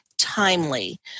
timely